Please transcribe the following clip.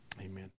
amen